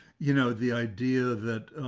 you know, the idea that